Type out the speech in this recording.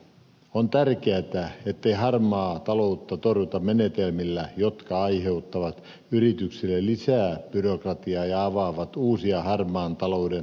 on tärkeätä ettei harmaata taloutta torjuta menetelmillä jotka aiheuttavat yrityksille lisää byrokratiaa ja avaavat uusia harmaan talouden toimintamahdollisuuksia